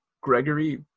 Gregory